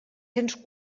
cents